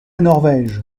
norvège